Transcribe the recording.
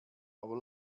aber